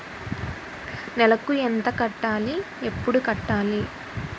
నెలకు ఎంత కట్టాలి? ఎప్పుడు కట్టాలి?